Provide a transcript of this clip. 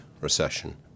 recession